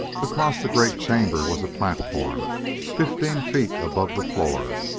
across the great chamber was a platform fifteen feet above the floor.